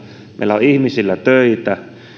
meillä on ihmisillä töitä